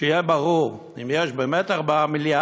שיהיה ברור, אם יש באמת 4 מיליארד,